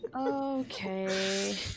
Okay